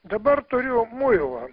dabar turiu muilą